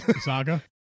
Saga